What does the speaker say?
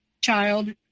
child